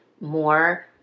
more